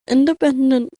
independent